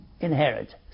inherit